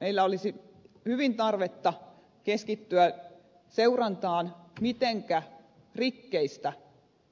meillä olisi hyvin tarvetta keskittyä jopa seurantaan mitenkä rikkeistä